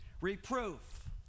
reproof